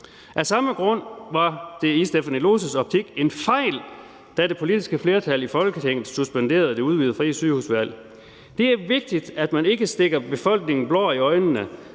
Lohses optik en fejl, da det politiske flertal i Folketinget suspenderede det udvidede frie sygehusvalg. »Det er vigtigt, at man ikke stikker befolkningen blår i øjnene.